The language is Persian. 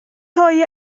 تای